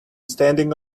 standing